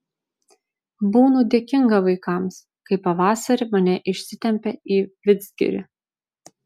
būnu dėkinga vaikams kai pavasarį mane išsitempia į vidzgirį